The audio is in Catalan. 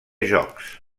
jocs